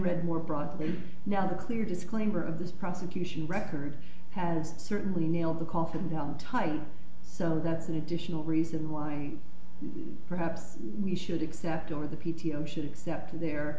read more broadly now the clear disclaimer of this prosecution record has certainly nailed the coffin down tight so that's an additional reason why perhaps we should accept or the p t o should accept their